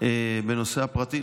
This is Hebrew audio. בנושא הפרטי,